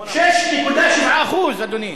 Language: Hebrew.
6.7%, אדוני.